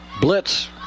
Blitz